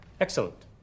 Excellent